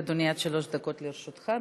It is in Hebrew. כן, אדוני, עד שלוש דקות לרשותך.